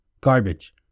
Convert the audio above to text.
garbage